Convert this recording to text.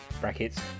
brackets